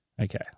okay